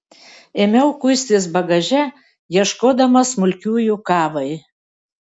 ėmiau kuistis bagaže ieškodama smulkiųjų kavai